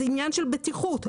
זה עניין של בטיחות.